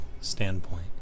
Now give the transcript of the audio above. Standpoint